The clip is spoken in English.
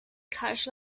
cash